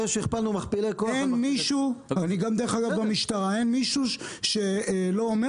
אין מישהו, דרך אגב גם במשטרה, שלא אומר